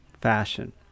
fashion